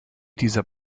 dieser